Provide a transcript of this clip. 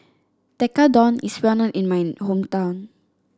Tekkadon is well known in my hometown